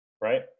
Right